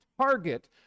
target